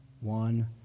one